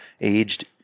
aged